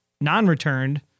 non-returned